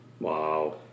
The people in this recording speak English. Wow